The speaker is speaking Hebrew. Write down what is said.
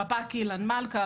רפ"ק אילן מלכה,